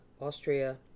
austria